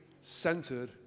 centered